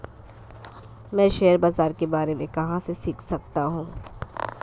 मैं शेयर बाज़ार के बारे में कहाँ से सीख सकता हूँ?